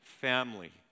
family